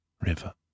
River